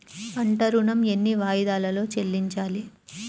పంట ఋణం ఎన్ని వాయిదాలలో చెల్లించాలి?